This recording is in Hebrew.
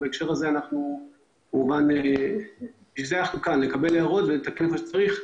ולשם כך אנחנו כאן כדי לקבל הערות ולתקן את מה שצריך,